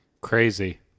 crazy